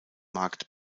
markt